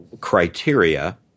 criteria